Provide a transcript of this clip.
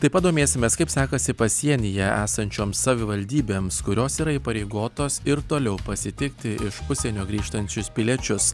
taip pat domėsimės kaip sekasi pasienyje esančioms savivaldybėms kurios yra įpareigotos ir toliau pasitikti iš užsienio grįžtančius piliečius